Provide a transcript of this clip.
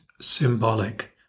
symbolic